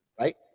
right